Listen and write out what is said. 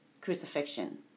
crucifixion